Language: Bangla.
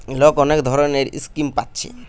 লোক অনেক ধরণের স্কিম পাচ্ছে